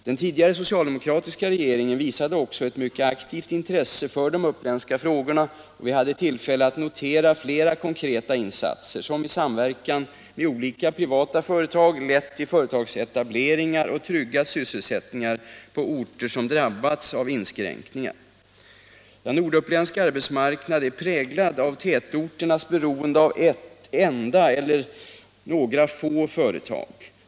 Den tidigare socialdemokratiska regeringen visade också ett mycket aktivt intresse för de uppländska frågorna och vi hade tillfälle att notera flera konkreta insatser, som i samverkan med olika privata företag lett till företagsetableringar och tryggat sysselsättningen på orter som drabbats av inskränkningar. Norduppländsk arbetsmarknad är präglad av tätorternas beroende av ett enda eller några få företag.